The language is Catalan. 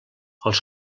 els